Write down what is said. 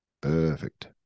Perfect